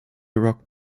rock